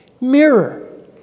Mirror